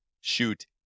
shoot